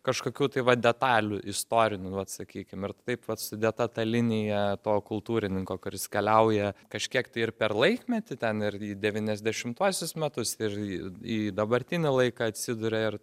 kažkokių tai va detalių istorinių nu vat sakykim ir taip vat sudėta ta linija to kultūrininko kuris keliauja kažkiek tai ir per laikmetį ten ir į devyniasdešimtuosius metus ir į dabartinį laiką atsiduria ir